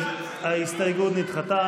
ההסתייגות נדחתה.